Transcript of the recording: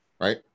right